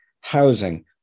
housing